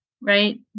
right